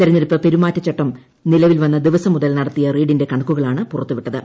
തെരഞ്ഞെടുപ്പ് പെരുമാറ്റചട്ടം നിലവിൽ വന്ന ദിവസം മുതൽ നടത്തിയ റെയ്ഡിന്റെ കണക്കുകളാണ് പുറത്തുവിട്ടത്